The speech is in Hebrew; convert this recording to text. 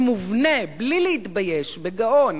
באופן מובנה, בלי להתבייש, בגאון.